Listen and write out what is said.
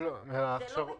זה לא מתאים.